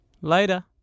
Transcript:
Later